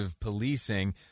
policing